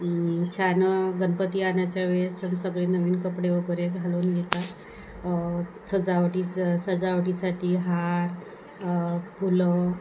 छान गणपती आणायच्या वेळेस छान सगळे नवीन कपडे वगैरे घालून येतात सजावटीचं सजावटीसाठी हार फुलं